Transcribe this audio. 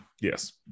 Yes